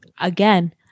Again-